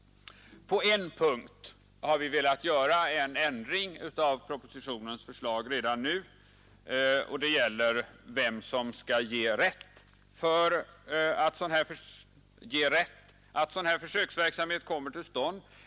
På en punkt har vi velat göra en ändring av propositionens förslag redan nu. Det gäller vem som skall ges rätt att besluta att sådan försöksverksamhet kommer till stånd.